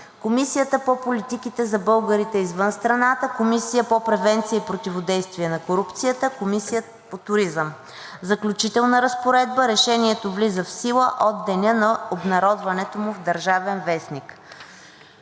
Комисия по политиките за българите извън страната; 24. Комисия по превенция и противодействие на корупцията; 25. Комисия по туризъм.“ ЗАКЛЮЧИТЕЛНА РАЗПОРЕДБА § 2. Решението влиза в сила от деня на обнародването му в „Държавен вестник“.“